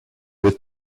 with